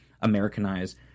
americanize